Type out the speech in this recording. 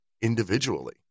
individually